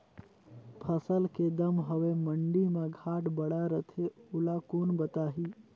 फसल के दम हवे मंडी मा घाट बढ़ा रथे ओला कोन बताही?